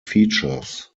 features